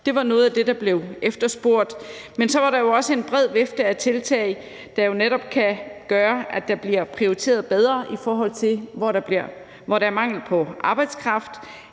Det var noget af det, der blev efterspurgt. Men så er der jo også en bred vifte af tiltag, der netop kan gøre, at der bliver prioriteret bedre, i forhold til hvor der er mangel på arbejdskraft,